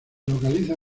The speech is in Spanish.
localiza